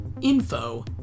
info